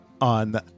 on